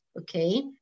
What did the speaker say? Okay